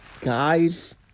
guys